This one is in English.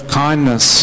kindness